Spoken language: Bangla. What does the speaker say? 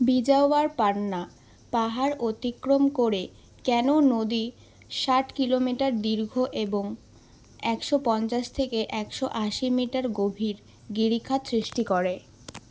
বিজাওয়ার পান্না পাহাড় অতিক্রম করে কেন নদী ষাট কিলোমিটার দীর্ঘ এবং একশো পঞ্চাশ থেকে একশো আশি মিটার গভীর গিরিখাত সৃষ্টি করে